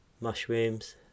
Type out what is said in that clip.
Mushrooms